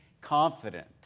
confident